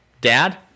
dad